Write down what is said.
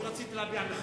רציתי להביע מחאה.